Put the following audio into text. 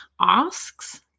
asks